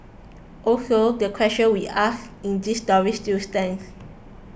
also the questions we asked in this story still stands